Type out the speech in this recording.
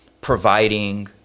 providing